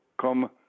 come